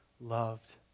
loved